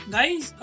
Guys